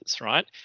right